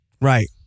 Right